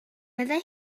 meddai